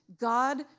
God